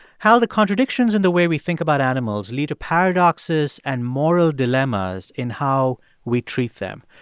hal, the contradictions in the way we think about animals lead to paradoxes and moral dilemmas in how we treat them.